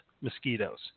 mosquitoes